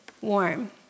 warm